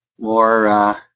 more